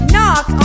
Knock